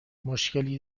مشکلی